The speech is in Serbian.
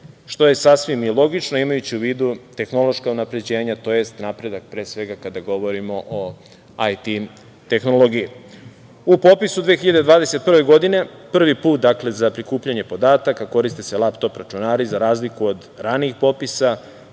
što je sasvim i logično, imajući u vidu tehnološka unapređenja tj. napredak kada govorimo o IT tehnologiji.U popisu 2021. godine prvi put, dakle, za prikupljanje podataka koriste se laptop računari za razliku od ranijih popisa,